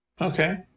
Okay